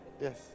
Yes